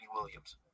Williams